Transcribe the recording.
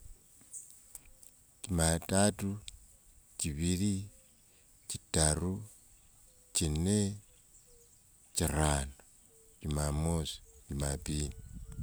Jumaatatu, chivili, chitaru, chine, chirano, jumamosi jumapili.